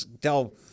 tell